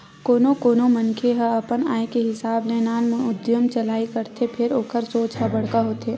कोनो कोनो मनखे ह अपन आय के हिसाब ले नानमुन उद्यम चालू करथे फेर ओखर सोच ह बड़का होथे